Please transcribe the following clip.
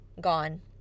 gone